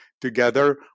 Together